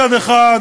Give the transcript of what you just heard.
מצד אחד,